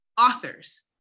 authors